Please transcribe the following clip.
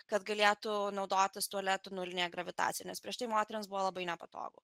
kad galėtų naudotis tualetu nulinėje gravitacinės prieš tai moterims buvo labai nepatogu